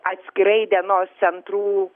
atskirai dienos centrų